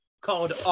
called